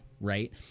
Right